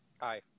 Aye